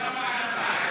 תודה רבה על העצה.